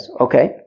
Okay